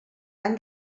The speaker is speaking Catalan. han